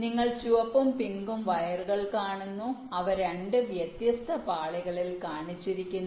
നിങ്ങൾ ചുവപ്പും പിങ്കും വയറുകൾ കാണുന്നു അവ രണ്ട് വ്യത്യസ്ത പാളികളിൽ കാണിച്ചിരിക്കുന്നു